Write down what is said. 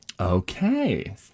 Okay